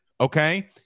Okay